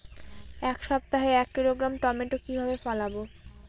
এক সপ্তাহে এক কিলোগ্রাম টমেটো কিভাবে ফলাবো?